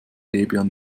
debian